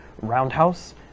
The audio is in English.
Roundhouse